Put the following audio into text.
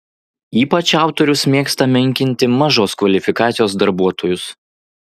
ypač autorius mėgsta menkinti mažos kvalifikacijos darbuotojus